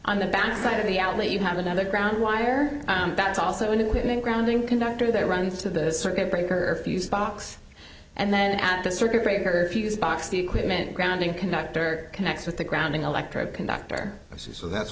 on the back side of the outlet you have another ground wire that's also an equipment grounding conductor that runs to the circuit breaker or fuse box and then at the circuit breaker fuse box the equipment grounding conductor connects with the grounding electrode conductor so that's